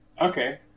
Okay